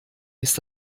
ist